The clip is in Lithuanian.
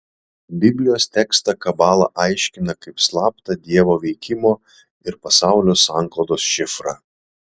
biblijos tekstą kabala aiškina kaip slaptą dievo veikimo ir pasaulio sanklodos šifrą